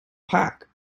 pack